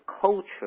culture